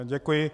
Děkuji.